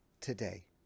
today